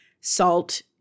salt